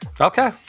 Okay